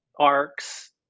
arcs